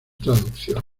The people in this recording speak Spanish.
traducciones